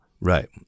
Right